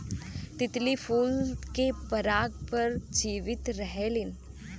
तितली फूल के पराग पर जीवित रहेलीन